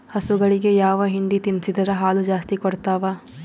ಹಸುಗಳಿಗೆ ಯಾವ ಹಿಂಡಿ ತಿನ್ಸಿದರ ಹಾಲು ಜಾಸ್ತಿ ಕೊಡತಾವಾ?